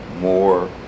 more